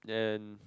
and